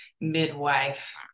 midwife